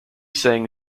sang